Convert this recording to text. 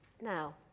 Now